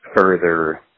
further